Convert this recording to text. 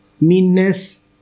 meanness